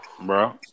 bro